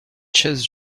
chaises